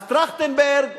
אז טרכטנברג,